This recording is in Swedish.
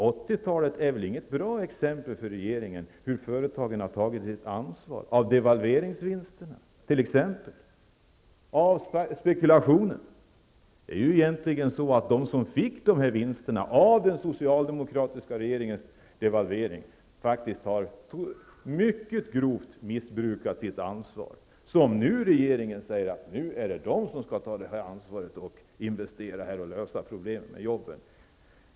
80-talet är väl inget bra exempel för regeringen på hur företagen har tagit sitt ansvar, t.ex. för att utnyttja devalveringsvinsterna. De som fick vinsterna av den socialdemokratiska regeringens devalvering har mycket grovt missbrukat sitt ansvar. Nu säger den nya regeringen att det är de som skall investera och lösa problemen och skaffa fram jobben.